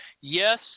yes